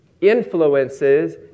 influences